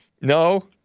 No